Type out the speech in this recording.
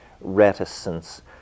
reticence